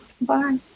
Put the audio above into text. bye